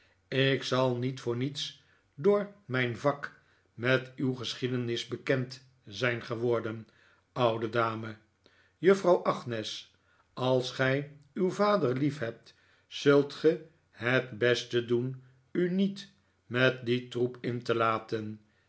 ik zal niet voor niets door mijn vak met uw geschiedenis bekend zijn ge worden oude dame juffrouw agnes als gij uw vader liefhebt zult ge het beste doen u niet met dien troep in te laten